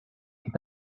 est